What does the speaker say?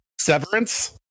severance